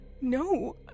No